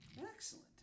Excellent